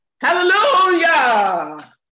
Hallelujah